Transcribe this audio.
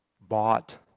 bought